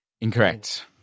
Incorrect